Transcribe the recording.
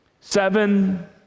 Seven